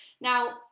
Now